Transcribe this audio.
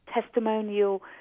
testimonial